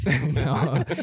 No